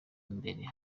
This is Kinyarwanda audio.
mbere